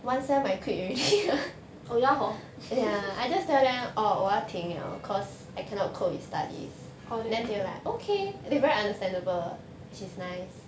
oh ya hor orh then